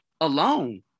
alone